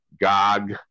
Gog